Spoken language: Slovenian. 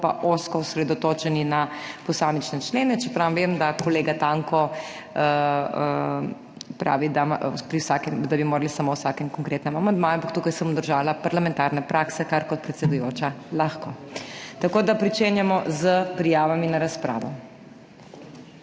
ozko osredotočeni na posamične člene, čeprav vem, da kolega Tanko pravi, da bi morali samo o vsakem konkretnem amandmaju, ampak tukaj se bom držala parlamentarne prakse, kar kot predsedujoča lahko. Tako da, pričenjamo s prijavami na razpravo.